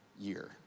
year